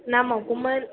नांबावगौमोन